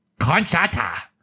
Conchata